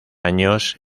años